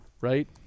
right